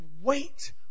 wait